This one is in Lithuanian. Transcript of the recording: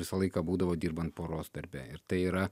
visą laiką būdavo dirbant poros darbe ir tai yra